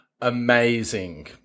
amazing